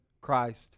Christ